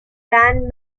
ran